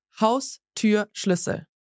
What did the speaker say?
Haustürschlüssel